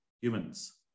humans